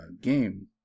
game